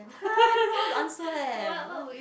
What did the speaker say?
I don't know how to answer leh what